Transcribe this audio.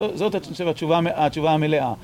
זאת, אני חושב, התשובה המלאה.